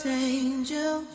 angel